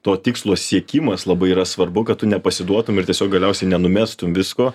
to tikslo siekimas labai yra svarbu kad tu nepasiduotum ir tiesiog galiausiai nenumestum visko